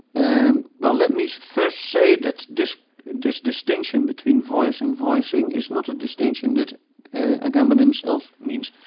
and but let me first say that this this distinction between voice and voicing is not a distinction that agamben himself means.